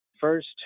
first